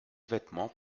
vêtements